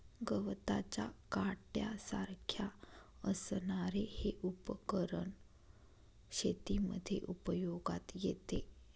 गवताच्या काट्यासारख्या असणारे हे उपकरण शेतीमध्ये उपयोगात येते